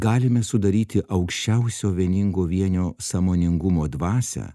galime sudaryti aukščiausio vieningo vienio sąmoningumo dvasią